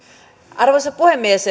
arvoisa puhemies